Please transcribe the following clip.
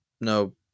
No